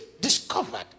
discovered